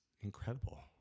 incredible